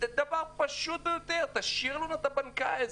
הם מבקשים דבר פשוט ביותר: תשאירו לנו את הבנקאי.